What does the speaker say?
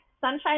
sunshine